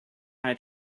had